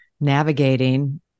navigating